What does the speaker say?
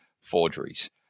forgeries